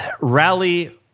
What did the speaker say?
rally